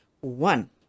One